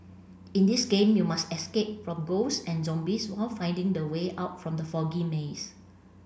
in this game you must escape from ghosts and zombies while finding the way out from the foggy maze